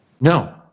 No